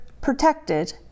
protected